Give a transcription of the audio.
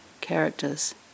characters